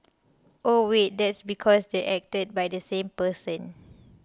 oh wait that's because they acted by the same person